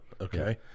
Okay